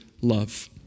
love